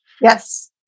Yes